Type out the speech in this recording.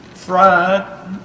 fried